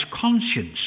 conscience